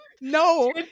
No